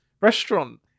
restaurant